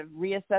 reassess